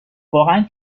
واقعن